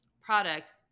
product